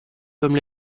comme